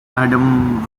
adam